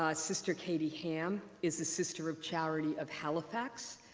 um sister katie hamm is the sister of charity of halifax.